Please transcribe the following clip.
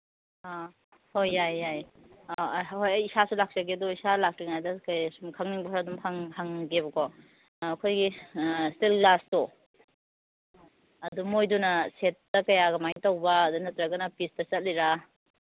ꯑ ꯍꯣꯏ ꯌꯥꯏꯌꯦ ꯌꯥꯏꯌꯦ ꯑ ꯍꯣꯏ ꯏꯁꯥꯁꯨ ꯂꯥꯛꯆꯒꯦ ꯑꯗꯨ ꯏꯁꯥ ꯂꯥꯛꯇ꯭ꯔꯤꯉꯩꯗ ꯀꯩꯀꯩ ꯁꯨꯝ ꯈꯪꯅꯤꯡꯕ ꯈꯔ ꯁꯨꯝ ꯍꯪꯒꯦꯕꯀꯣ ꯑꯩꯈꯣꯏꯒꯤ ꯏꯁꯇꯤꯜ ꯒ꯭ꯂꯥꯁꯇꯣ ꯑꯗꯨ ꯃꯈꯣꯏꯗꯨꯅ ꯁꯦꯠꯇ ꯀꯌꯥ ꯀꯃꯥꯏꯅ ꯇꯧꯕ ꯑꯗꯨ ꯅꯠꯇ꯭ꯔꯒꯅ ꯄꯤꯁꯇ ꯆꯠꯂꯤꯔꯥ